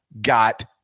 got